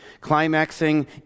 climaxing